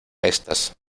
estas